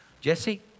Jesse